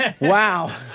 wow